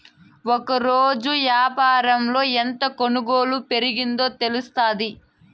ఒకరోజు యాపారంలో ఎంత కొనుగోలు పెరిగిందో తెలుత్తాది